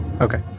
Okay